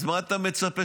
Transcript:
אז מה אתה מצפה?